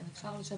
אני שירה גולדברג,